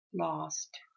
lost